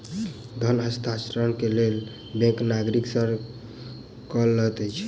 धन हस्तांतरण के लेल बैंक नागरिक सॅ कर लैत अछि